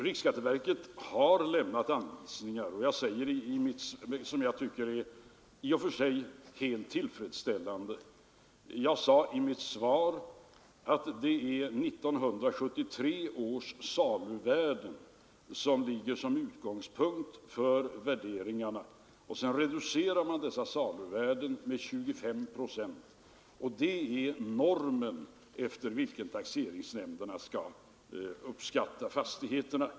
Riksskatteverket har lämnat anvisningar som jag tycker är helt tillfredsställande. Såsom jag sade i mitt svar är det 1973 års saluvärden som ligger som utgångspunkt för värderingarna. Sedan reducerar man dessa saluvärden med 25 procent, och det är normen efter vilken taxeringsnämnderna skall uppskatta fastigheterna.